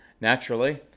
naturally